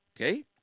okay